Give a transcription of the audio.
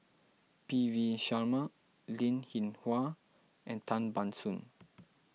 P V Sharma Linn in Hua and Tan Ban Soon